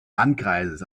landkreises